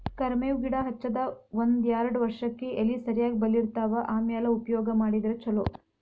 ಕರ್ಮೇವ್ ಗಿಡಾ ಹಚ್ಚದ ಒಂದ್ಯಾರ್ಡ್ ವರ್ಷಕ್ಕೆ ಎಲಿ ಸರಿಯಾಗಿ ಬಲಿತಾವ ಆಮ್ಯಾಲ ಉಪಯೋಗ ಮಾಡಿದ್ರ ಛಲೋ